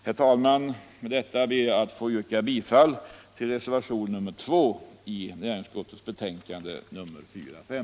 Herr talman! Med detta ber jag att få yrka bifall till reservation nr 2 vid näringsutskottets betänkande nr 45.